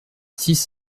six